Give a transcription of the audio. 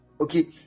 okay